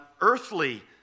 earthly